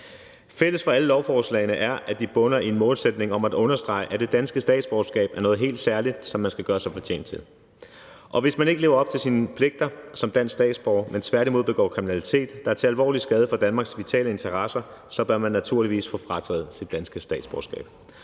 Fælles for alle lovforslagene er, at de bunder i en målsætning om at understrege, at det danske statsborgerskab er noget helt særligt, som man skal gøre sig fortjent til. Og hvis man ikke lever op til sine pligter som dansk statsborger, men tværtimod begår kriminalitet, der er til alvorlig skade for Danmarks vitale interesser, så bør man naturligvis få frataget sit danske statsborgerskab.